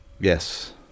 Yes